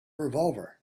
revolver